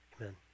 Amen